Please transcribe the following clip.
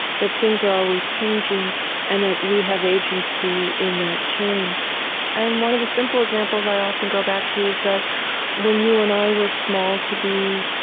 that things are always changing and that we have agency in that change and one of the simple examples i often go back to is that when you and i were small, to be